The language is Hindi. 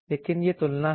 लेकिन यह तुलना है